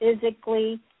physically